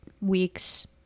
weeks